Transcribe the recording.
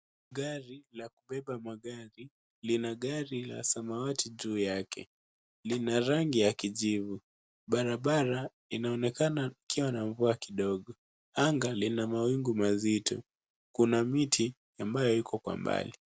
Gari la kubeba magari lina gari la samawati juu yake, lina rangi ya kijivu. Barabara inaonekana ikiwa na mvua kidogo, anga lina mawingu mazito kuna miti ambayo iko kwa mbali.